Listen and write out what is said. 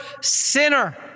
sinner